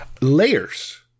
layers